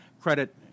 Credit